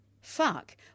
Fuck